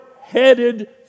headed